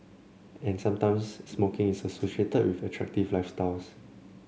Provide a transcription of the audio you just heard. and sometimes smoking is associated with attractive lifestyles